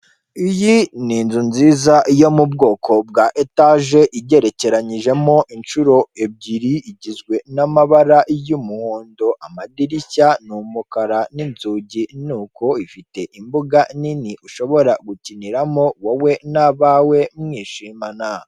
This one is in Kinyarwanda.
iyi ni inzu nziza yo mu bwoko bwa etaje igerekeranyijemo inshuro ebyiri igizwe n'amabara y'umuhondo amadirishya ni umukara n'inzugi nuko ifite imbuga nini ushobora gukiniramo wowe nabawe mwishimana.